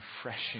refreshing